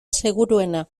seguruena